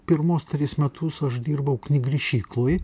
pirmus tris metus aš dirbau knygrišykloj